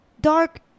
dark